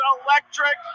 electric